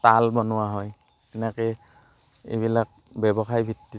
তাল বনোৱা হয় সেনেকৈ এইবিলাক ব্যৱসায় ভিত্তিত